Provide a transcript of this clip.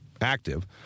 active